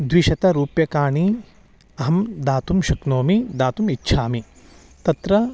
द्विशतरूप्यकाणि अहं दातुं शक्नोमि दातुम् इच्छामि तत्र